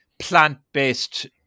plant-based